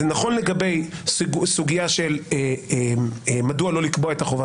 זה נכון לגבי סוגיה של מדוע לא לקבוע את החובה